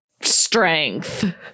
strength